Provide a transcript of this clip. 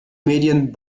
medien